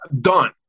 done